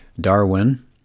Darwin